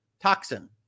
toxin